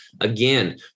Again